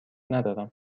ندارم